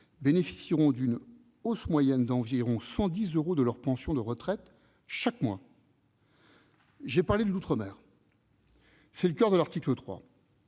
bénéficieront d'une hausse moyenne d'environ 110 euros de leur pension de retraite chaque mois. J'ai parlé de l'outre-mer ; c'est le coeur de l'article 3.